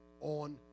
on